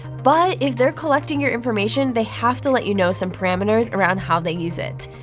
but if they're collecting your information, they have to let you know some parameters around how they use it.